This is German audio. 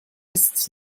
ist